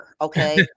Okay